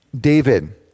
David